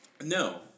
No